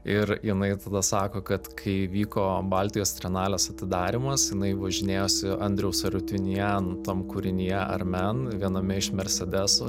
ir jinai tada sako kad kai vyko baltijos trienalės atidarymas jinai važinėjosi andriaus arutinjan tam kūrinyje armen viename iš mersedesų